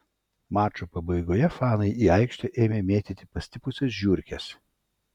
mačo pabaigoje fanai į aikštę ėmė mėtyti pastipusias žiurkes